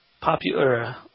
Popular